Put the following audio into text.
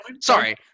sorry